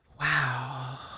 wow